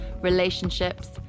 relationships